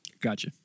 Gotcha